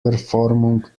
verformung